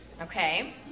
Okay